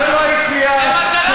ולא הצליח.